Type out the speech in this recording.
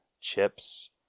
Chips